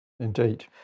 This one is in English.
Indeed